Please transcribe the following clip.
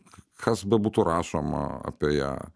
kas bebūtų rašoma apie ją